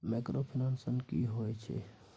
Microfinance की होय छै?